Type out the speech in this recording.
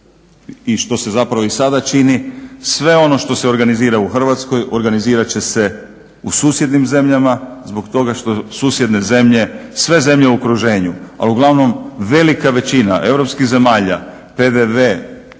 što se sada čini, sve ono što se organizira u Hrvatskoj organizirat će se u susjednim zemljama zbog toga što susjedne zemlje, sve zemlje u okruženju, ali uglavnom velika većina europskih zemalja PDV